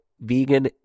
vegan